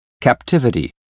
captivity